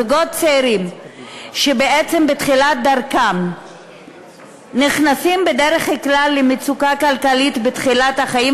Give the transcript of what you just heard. זוגות צעירים בתחילת דרכם נכנסים בדרך כלל למצוקה כלכלית בתחילת החיים,